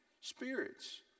spirits